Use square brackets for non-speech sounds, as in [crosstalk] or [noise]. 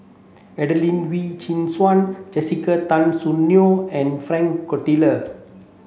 Adelene Wee Chin Suan Jessica Tan Soon Neo and Frank [unintelligible]